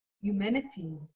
humanity